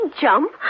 jump